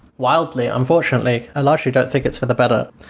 wildly unfortunately. i largely don't think it's for the but